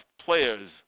players